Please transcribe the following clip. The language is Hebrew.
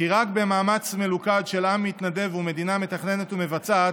כי רק במאמץ מלוכד של עם מתנדב ומדינה מתכננת ומבצעת,